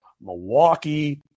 Milwaukee